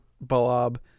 blob